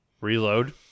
Reload